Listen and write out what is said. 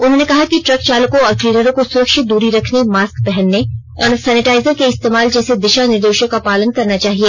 उन्होंने कहा कि ट्रक चालकों और क्लीनरों को सुरक्षित दूरी रखने मास्क पहनने और सैनेटाइजर के इस्तेमाल जैसे दिशा निर्देशो का पालन करना चाहिए